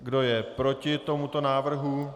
Kdo je proti tomuto návrhu?